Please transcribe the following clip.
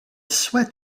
sweat